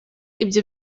ibyo